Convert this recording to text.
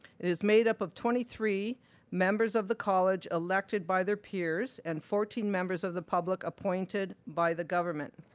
it is made up of twenty three members of the college elected by their peers and fourteen members of the public appointed by the government.